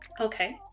Okay